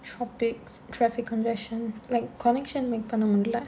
tropics traffic congestion like connection make பண்ணணும்ல:pannanumla